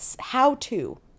how-to